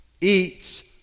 eats